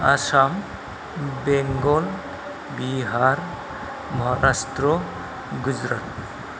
Assam Bengal Bihar Maharashtra Gujarat